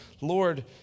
Lord